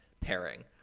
pairing